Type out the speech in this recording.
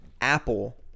apple